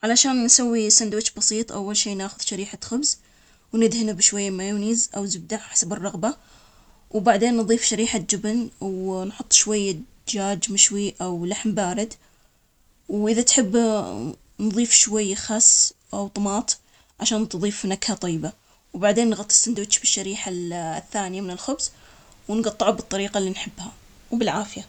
علشان نسوي سندويش بسيط، أول شي نأخذ شريحة خبز وندهنه بشوي مايونيز أو زبدة حسب الرغبة، وبعدين نضيف شريحة جبن ونحط شوي دجاج مشوي أو لحم بارد. وإذا تحب نضيف شوية خس أو طماط عشان تضيف نكهة طيبة، وبعدين نغطي السندوتش بالشريحة ال - الثانية من الخبز ونقطعه بالطريقة إللي نحبها وبالعافية.